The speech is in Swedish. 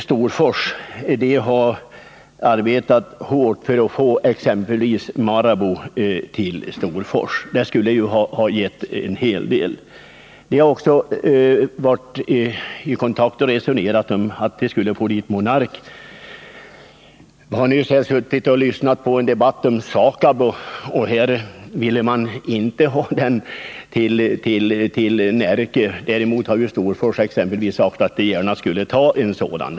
Storfors har arbetat hårt för att få dit exempelvis Marabou. Det skulle ha givit en hel del sysselsättning. Storfors kommun har också varit i kontakt med Monark och haft resonemang om att få dit en del tillverkning. Vi lyssnade nyss på en debatt om SAKAB -— man vill inte ha SAKAB i Närke. Däremot har Storfors sagt att man gärna vill ta emot SAKAB.